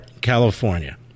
California